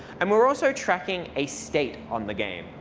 and we're also tracking a state on the game.